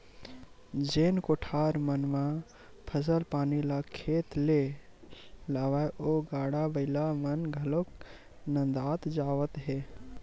जेन कोठार मन म फसल पानी ल खेत ले लावय ओ गाड़ा बइला मन घलोक नंदात जावत हे